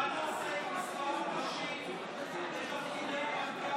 מה נעשה עם מספר הנשים בתפקידי מנכ"ליות,